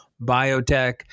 biotech